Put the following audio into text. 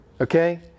Okay